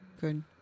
good